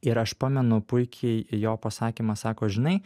ir aš pamenu puikiai jo pasakymą sako žinai